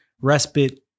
respite